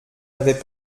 avais